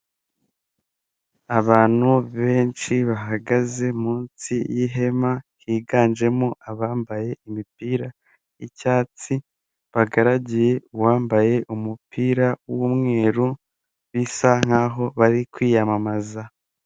Abantu benshi bahagaze munsi y'ihema, higanjemo abambaye imipira y'icyatsi, bagaragiye uwambaye umupira w'umweru bisa nk'aho bari kwiyamamaza.